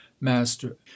master